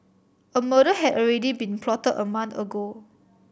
a murder had already been plotted a month ago